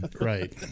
right